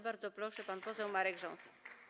Bardzo proszę, pan poseł Marek Rząsa.